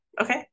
Okay